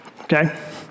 Okay